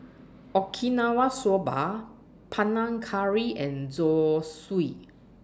Okinawa Soba Panang Curry and Zosui